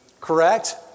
correct